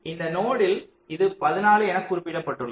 இந்த நோடில் இது 14 என குறிப்பிடப்பட்டது